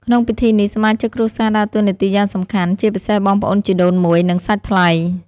ក្នុងពិធីនេះ សមាជិកគ្រួសារដើរតួនាទីយ៉ាងសំខាន់ ជាពិសេសបងប្អូនជីដូនមួយ និងសាច់ថ្លៃ។